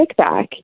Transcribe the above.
kickback